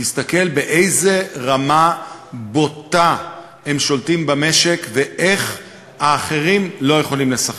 תסתכל באיזו רמה בוטה הם שולטים במשק ואיך האחרים לא יכולים לשחק.